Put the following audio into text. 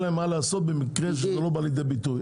להם מה לעשות במקרה שזה לא בא לידי ביטוי?